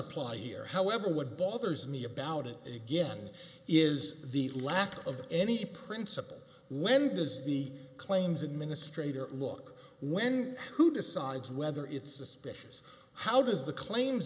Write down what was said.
apply here however what bothers me about it again is the lack of any principle when does the claims administrator look when who decides whether it's suspicious how does the claims